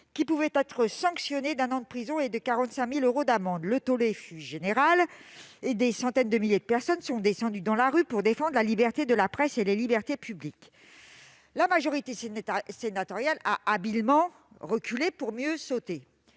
qui pouvait être sanctionné d'un an de prison et de 45 000 euros d'amende. Le tollé fut général et des centaines de milliers de personnes sont descendues dans la rue pour défendre la liberté de la presse et les libertés publiques. La majorité sénatoriale a habilement reculé pour mieux sauter.